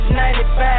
95